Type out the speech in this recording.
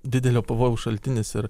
didelio pavojaus šaltinis ir